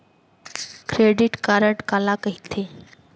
Credit card काला कहिथे?